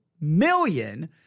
million